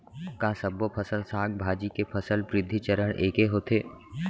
का सबो फसल, साग भाजी के फसल वृद्धि चरण ऐके होथे?